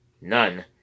None